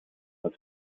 als